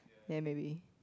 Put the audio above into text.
ya maybe